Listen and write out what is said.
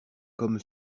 comme